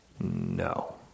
no